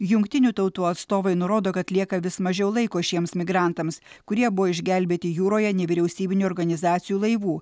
jungtinių tautų atstovai nurodo kad lieka vis mažiau laiko šiems migrantams kurie buvo išgelbėti jūroje nevyriausybinių organizacijų laivų